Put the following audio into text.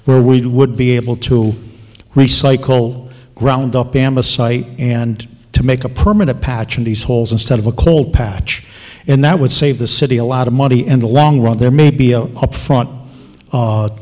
where we would be able to recycle ground the bama site and to make a permanent patch of these holes instead of a cold patch and that would save the city a lot of money and the long run there may be zero up front